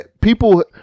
people